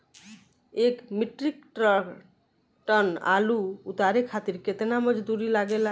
एक metric tonne आलू उतारे खातिर केतना मजदूरी लागेला?